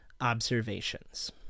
observations